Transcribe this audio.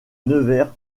nevers